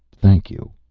thank you.